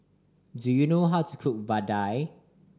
do you know how to cook vadai